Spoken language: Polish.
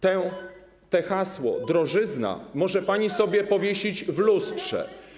To hasło ˝drożyzna˝ może pani sobie powiesić w lustrze.